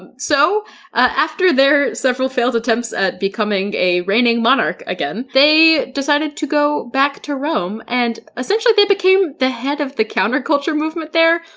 and so after their several failed attempts at becoming a reigning monarch again, they decided to go back to rome, and essentially they became the head of the counterculture movement there,